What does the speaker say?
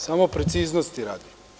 Samo preciznosti radi.